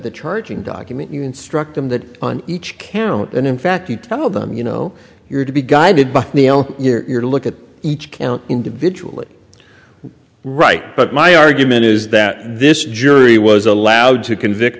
the charging document you instruct them that on each count and in fact you tell them you know you're to be guided by you're look at each count individually right but my argument is that this jury was allowed to convict